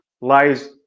lies